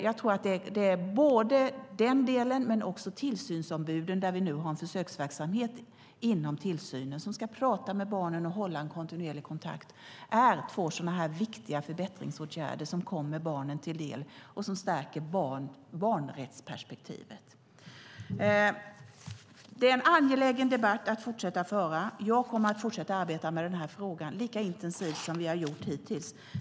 Jag tror att den delen men också tillsynsombuden - där det nu finns en försöksverksamhet inom tillsynen där man ska prata med barnen och hålla kontinuerlig kontakt - är två viktiga förbättringsåtgärder som kommer barnen till del och stärker barnrättsperspektivet. Det är en angelägen debatt att fortsätta att föra. Jag kommer att fortsätta att arbeta med den här frågan lika intensivt som vi har gjort hittills.